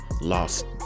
lost